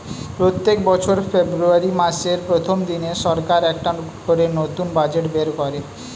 প্রত্যেক বছর ফেব্রুয়ারি মাসের প্রথম দিনে সরকার একটা করে নতুন বাজেট বের করে